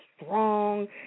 strong